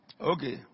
Okay